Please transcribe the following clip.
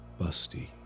Busty